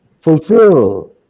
fulfill